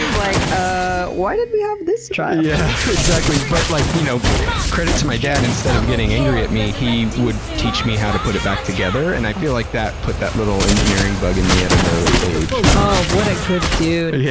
like, uuuuuh, ah why did we have this child? yeah exactly! but like you know credit to my dad, instead of getting angry at me, he would teach me how to put it back together, and i feel like that put that little engineering bug in me at an early age. oh, what a good dude. yeah